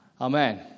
Amen